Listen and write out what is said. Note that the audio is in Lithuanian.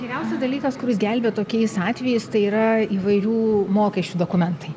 geriausias dalykas kuris gelbėja tokiais atvejais tai yra įvairių mokesčių dokumentai